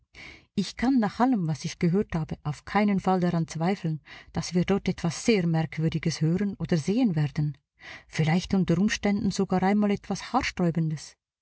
ich kann nach allem was ich gehört habe auf keinen fall daran zweifeln daß wir dort etwas sehr merkwürdiges hören oder sehen werden vielleicht unter umständen sogar einmal etwas haarsträubendes